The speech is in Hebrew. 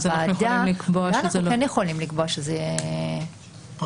אז אולי אנחנו כן יכולים לקבוע שזה יהיה --- רישום